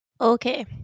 Okay